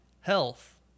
health